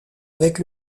avec